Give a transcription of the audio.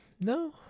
No